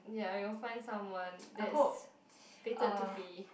ya you'll find someone that's fated to be